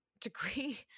degree